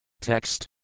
Text